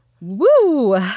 Woo